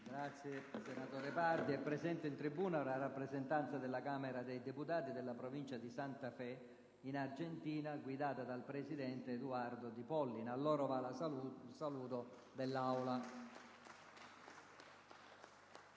finestra"). È presente in tribuna una rappresentanza della Camera dei deputati della Provincia di Santa Fe, in Argentina, guidata dal presidente Edoardo Di Pollina. A loro va il saluto dell'Aula.